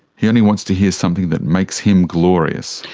he only wants to hear something that makes him glorious.